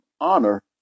honor